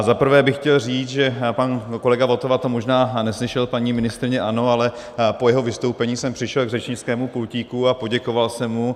Za prvé bych chtěl říct, že pan kolega Votava to možná neslyšel, paní ministryně ano, ale po jeho vystoupení jsem přišel k řečnickému pultíku a poděkoval jsem mu.